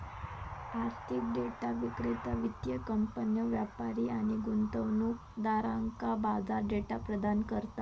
आर्थिक डेटा विक्रेता वित्तीय कंपन्यो, व्यापारी आणि गुंतवणूकदारांका बाजार डेटा प्रदान करता